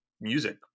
music